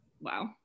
Wow